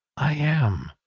i am.